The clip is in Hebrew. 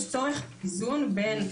יש צורך באיזון בין,